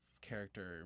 character